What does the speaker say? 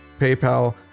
PayPal